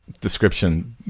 description